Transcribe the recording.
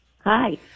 Hi